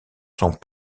sont